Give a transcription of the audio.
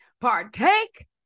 partake